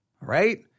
right